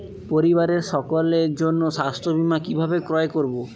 পরিবারের সকলের জন্য স্বাস্থ্য বীমা কিভাবে ক্রয় করব?